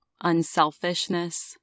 unselfishness